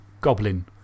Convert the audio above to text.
goblin